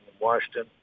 Washington